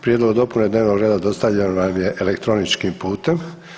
Prijedlog dopune dnevnog reda dostavljen vam je elektroničkim putem.